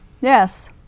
Yes